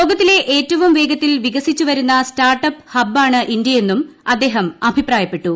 ലോകത്തിലെ ഏറ്റവും വേഗത്തിൽ വികസിച്ചുവരുന്ന സ്റ്റാർട്ടപ്പ് ഹബ്ബാണ് ഇന്ത്യയെന്നും അദ്ദേഹം അഭിപ്രായപ്പെട്ടു